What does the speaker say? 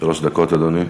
שלוש דקות, אדוני.